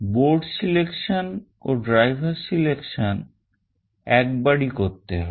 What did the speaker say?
board selection ও driver selection একবারই করতে হবে